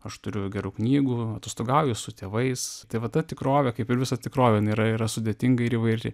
aš turiu gerų knygų atostogauju su tėvais tai va ta tikrovė kaip ir visa tikrovė jin yra yra sudėtinga ir įvairi